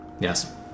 Yes